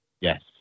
Yes